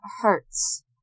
hurts